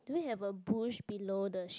do you have a bush below the sheep